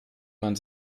man